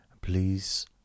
Please